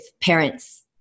parents